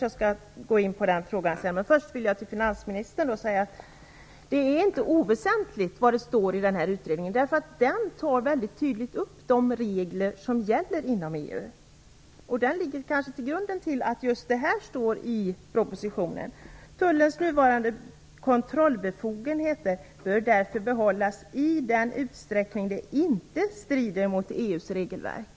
Jag skall gå in på den frågan sedan, men först vill jag till finansministern säga att det inte är oväsentligt vad det står i utredningen. Den tar väldigt tydligt upp de regler som gäller inom EU, och det är kanske grunden till att just följande står i propositionen: Tullens nuvarande kontrollbefogenheter bör därför behållas i den utsträckning det inte strider mot EU:s regelverk.